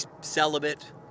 celibate